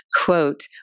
Quote